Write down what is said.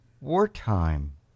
wartime